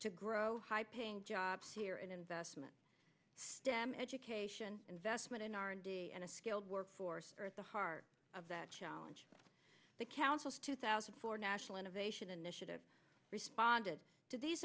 to grow high paying jobs here and investment stem education investment in r and d and a skilled workforce are at the heart of that challenge the council's two thousand and four national innovation initiative responded to these